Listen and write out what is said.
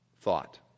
thought